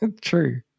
True